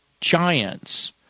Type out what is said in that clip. giants